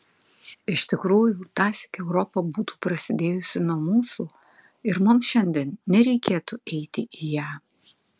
iš tikrųjų tąsyk europa būtų prasidėjusi nuo mūsų ir mums šiandien nereikėtų eiti į ją